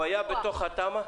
הוא היה בתוך התמ"א?